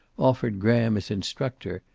offered graham as instructor,